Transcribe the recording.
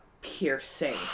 Piercing